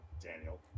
daniel